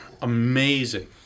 amazing